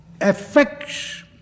affects